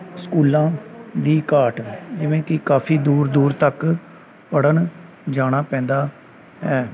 ਸਕੂਲਾਂ ਦੀ ਘਾਟ ਜਿਵੇਂ ਕਿ ਕਾਫੀ ਦੂਰ ਦੂਰ ਤੱਕ ਪੜ੍ਹਨ ਜਾਣਾ ਪੈਂਦਾ ਹੈ